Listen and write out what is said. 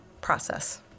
process